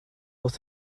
wrth